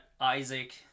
Isaac